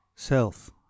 Self